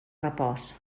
repòs